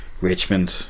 Richmond